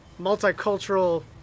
multicultural